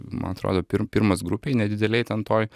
man atrodo pir pirmas grupėj nedidelėj ten toj